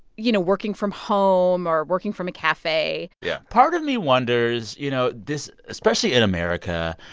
you know, working from home or working from a cafe yeah part of me wonders, you know, this especially in america,